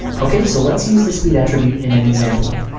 okay, so let's use the speed attribute in an example.